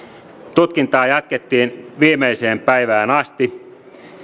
tutkintaa jatkettiin viimeiseen päivään asti